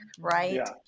right